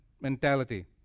mentality